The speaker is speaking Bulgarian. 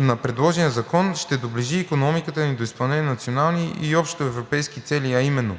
на предложения законопроект ще доближи икономиката ни до изпълнението на национални и общоевропейски цели, а именно